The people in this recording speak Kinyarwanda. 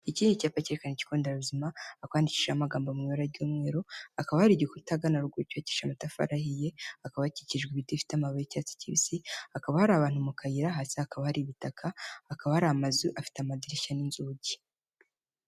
Iki ni icyapa cyerekana ikigo nderabuzima, hakaba handikishije amagambo mu ibara ry'umweru, hakaba hari igikuta ahagana haruguru cyubakishije amatafari ahiye, hakaba hakikijwe ibiti bifite amababi y'icyatsi kibisi, hakaba hari abantu mu kayira, hasi hakaba hari ibitaka; hakaba hari amazu afite amadirishya n'inzugi.